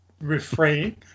refrain